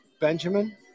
Benjamin